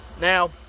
Now